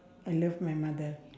I love my mother